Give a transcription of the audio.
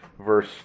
Verse